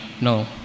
No